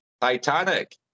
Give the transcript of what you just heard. Titanic